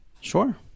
sure